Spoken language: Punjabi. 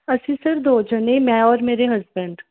ਅਸੀਂ ਸਰ ਦੋ ਜਣੇ ਮੈਂ ਔਰ ਮੇਰੇ ਹਸਬੈਂਡ